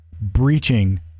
breaching